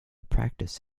practice